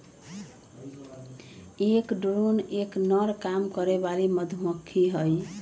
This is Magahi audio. एक ड्रोन एक नर काम करे वाली मधुमक्खी हई